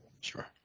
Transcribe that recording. Sure